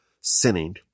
sinning